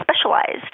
specialized